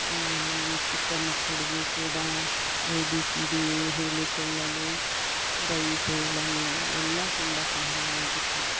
ಚಿಕ್ಕ ಮಕ್ಕಳಿಗೂ ಕೂಡ ಎ ಬಿ ಸಿ ಡಿ ಹೇಳಿಕೊಳ್ಳಲು ರೈಮ್ಸ್ ಹೇಳಲು ಎಲ್ಲ ತುಂಬ ಸಹಾಯವಾಗುತ್ತೆ